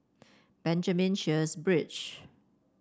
Benjamin Sheares Bridge